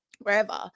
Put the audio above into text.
wherever